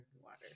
water